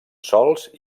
sòls